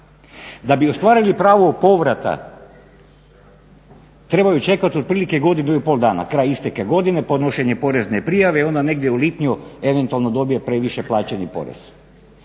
Da bi ostvarili pravo povrata trebaju čekati otprilike godinu i pol dana, kraj isteka godine, podnošenje porezne prijave i onda negdje u lipnju eventualno dobije previše plaćeni porez.